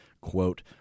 quote